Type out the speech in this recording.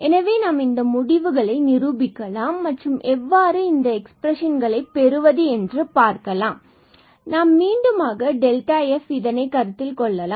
எனவே நாம் இந்த முடிவுகளை நிரூபிக்கலாம் மற்றும் எவ்வாறு இந்த எக்ஸ்பிரஷன்களை பெறுவது என்று பார்க்கலாம் எனவே நாம் மீண்டுமாக f இதைக் கருத்தில்கொண்டு கொள்ளலாம்